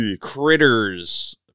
critters